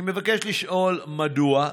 אני מבקש לשאול: 1. מדוע?